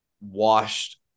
washed